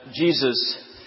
Jesus